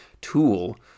tool